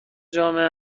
جامعه